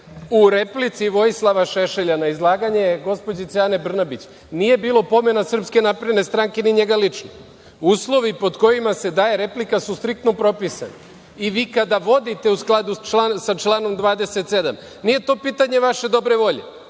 u replici Vojislava Šešelja na izlaganje gospođice Ane Brnabić nije bilo pomena SNS, ni njega lično. Uslovi pod kojima se daje replika su striktno propisani i vi kada vodite, u skladu sa članom 27, nije to pitanje vaše dobre volje